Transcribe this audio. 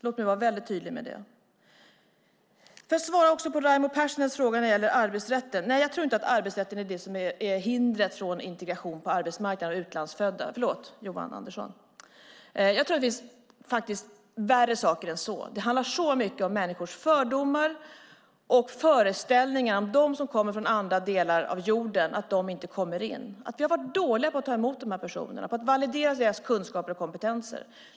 Låt mig vara tydlig med det. Vad gäller Johan Anderssons fråga om arbetsrätten tror jag inte att den är hindret för integration av utlandsfödda på arbetsmarknaden. Det handlar om värre saker som människors fördomar och föreställningar om människor från andra delar av jorden. Det gör att de inte kommer in. Vi har varit dåliga på att ta emot dessa människor och att validera deras kunskaper och kompetenser.